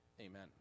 amen